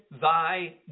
thy